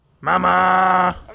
Mama